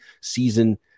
season